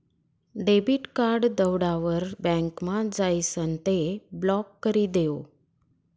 debit card दवडावर बँकमा जाइसन ते ब्लॉक करी देवो